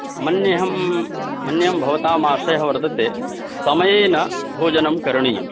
मन्येऽहं मन्येऽहं भवताम् आशयः वर्तते समयेन भोजनं करणीयम्